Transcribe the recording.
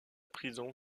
prison